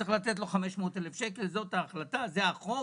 צריך לתת לו 500 אלף שקל, זאת ההחלטה וזה החוק,